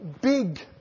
big